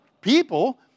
people